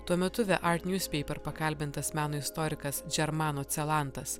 tuo metu the art newspaper pakalbintas meno istorikas džermano celantas